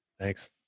Thanks